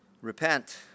Repent